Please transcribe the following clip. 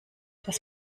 das